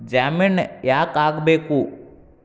ಜಾಮಿನ್ ಯಾಕ್ ಆಗ್ಬೇಕು?